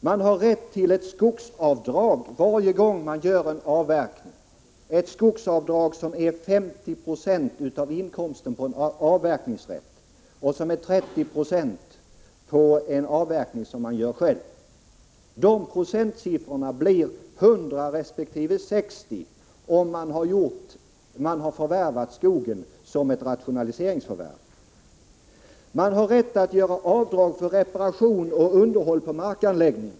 Man har rätt till ett skogsavdrag varje gång man gör en avverkning, ett skogsavdrag som är 50 20 av inkomsten på en utlagd avverkningsrätt och 30 20 på en avverkning som man gör själv. De procenttalen blir 100 resp. 60 om skogen är ett rationaliseringsförvärv. Man har vidare rätt att göra avdrag för reparation och underhåll på markanläggning.